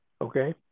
Okay